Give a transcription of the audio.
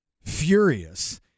furious